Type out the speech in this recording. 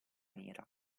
nera